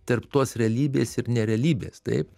tarp tos realybės ir nerealybės taip